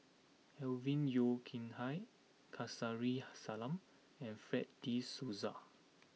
Alvin Yeo Khirn Hai Kamsari Salam and Fred de Souza